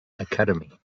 academy